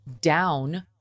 down